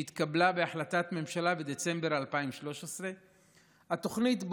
שהתקבלה בהחלטת ממשלה בדצמבר 2013. התוכנית היא